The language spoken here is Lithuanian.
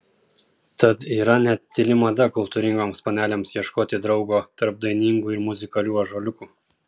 tad yra net tyli mada kultūringoms panelėms ieškoti draugo tarp dainingų ir muzikalių ąžuoliukų